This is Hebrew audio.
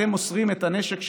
אתם מוסרים את הנשק שלכם?